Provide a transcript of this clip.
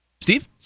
Steve